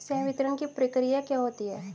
संवितरण की प्रक्रिया क्या होती है?